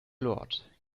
lord